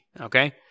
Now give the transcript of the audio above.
okay